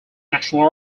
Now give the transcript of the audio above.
national